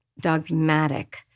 dogmatic